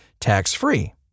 tax-free